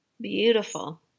Beautiful